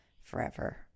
forever